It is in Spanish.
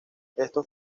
estos